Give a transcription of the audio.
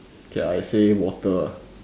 k lah I say water ah